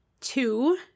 Two